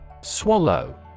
Swallow